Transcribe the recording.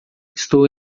estou